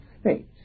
state